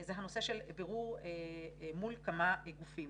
זה הנושא של בירור מול כמה גופים.